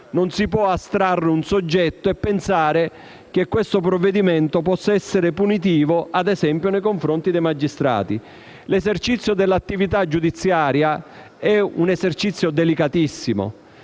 non si può astrarre un soggetto e pensare che questo provvedimento possa essere punitivo, ad esempio, nei confronti dei magistrati. L'esercizio dell'attività giudiziaria è delicatissimo